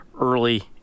early